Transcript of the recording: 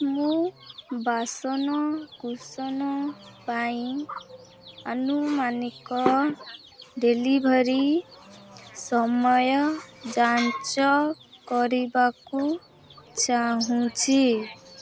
ମୁଁ ବାସନ କୁସନ ପାଇଁ ଆନୁମାନିକ ଡେଲିଭରି ସମୟ ଯାଞ୍ଚ କରିବାକୁ ଚାହୁଁଛି